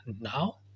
now